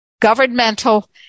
governmental